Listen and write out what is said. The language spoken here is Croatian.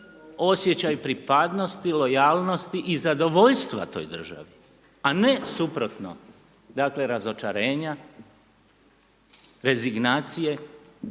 osjećaj pripadnosti, lojalnosti i zadovoljstva toj državi, a ne suprotno, dakle, razočarenja, rezignacije